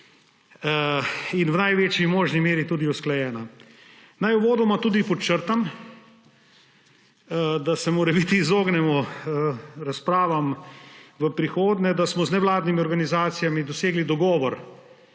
in v največji možni meri tudi usklajena. Naj uvodoma tudi podčrtam, da se morebiti izognemo razpravam v prihodnje, da smo z nevladnimi organizacijami dosegli dogovor